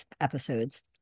episodes